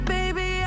Baby